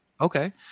Okay